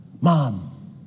mom